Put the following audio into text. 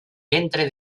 ventre